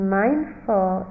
mindful